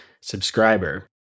subscriber